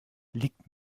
liegt